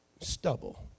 stubble